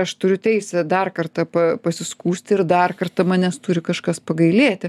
aš turiu teisę dar kartą pa pasiskųsti ir dar kartą manęs turi kažkas pagailėti